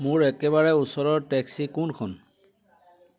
মোৰ একেবাৰে ওচৰৰ টেক্সি কোনখন